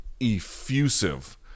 effusive